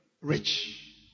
rich